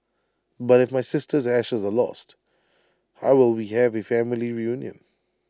but if my sister's ashes are lost how will we have A family reunion